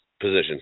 position